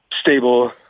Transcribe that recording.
stable